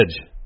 Edge